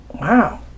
Wow